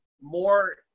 more